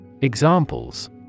Examples